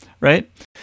right